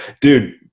dude